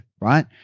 right